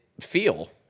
feel